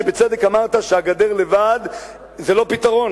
שבצדק אמרת שהגדר לבדה היא לא פתרון.